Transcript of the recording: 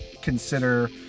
consider